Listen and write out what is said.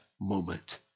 moment